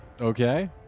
Okay